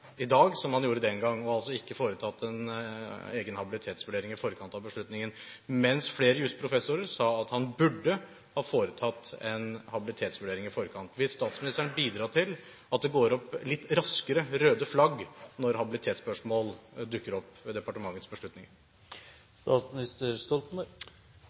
i dag som han gjorde den gang, altså ikke foretatt en egen habilitetsvurdering i forkant av beslutningen, mens flere jusprofessorer sa at han burde ha foretatt en habilitetsvurdering i forkant. Vil statsministeren bidra til at det litt raskere går opp røde flagg når habilitetsspørsmål dukker opp ved departementets beslutninger?